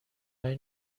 های